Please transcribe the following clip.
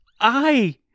I